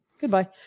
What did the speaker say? goodbye